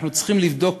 אנחנו צריכים לבדוק